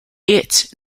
its